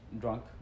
drunk